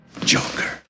Joker